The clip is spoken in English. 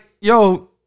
yo